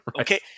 okay